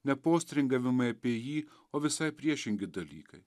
ne postringavimai apie jį o visai priešingi dalykai